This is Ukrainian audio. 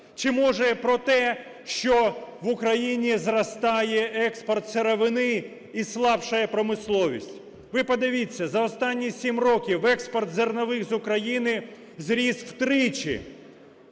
Чи, може, про те, що в Україні зростає експорт сировини і слабшає промисловість? Ви подивіться, за останні 7 років експорт зернових з України зріс втричі.